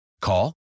Call